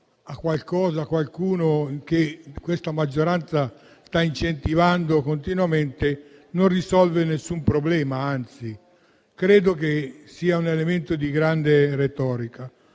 a qualcosa o a qualcuno, come questa maggioranza sta incentivando continuamente, non risolve nessun problema; anzi, credo che sia un elemento di grande retorica.